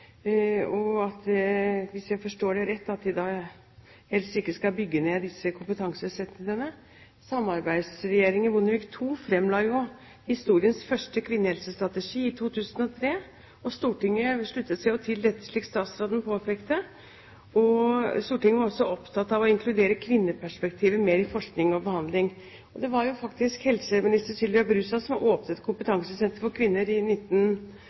bygge ned disse kompetansesentrene. Samarbeidsregjeringen, Bondevik II, fremla historiens første kvinnehelsestrategi i 2003, og Stortinget sluttet seg til dette, slik statsråden påpekte. Stortinget var også opptatt av å inkludere kvinneperspektivet mer i forskning og behandling. Det var faktisk helseminister Sylvia Brustad som åpnet kompetansesenteret for kvinnehelse i 2006, og uttalte at dette var et viktig ledd i regjeringens kvinnehelsesatsing. Men nå står det samme kompetansesenteret i